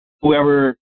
whoever